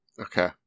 Okay